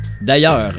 D'ailleurs